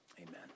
Amen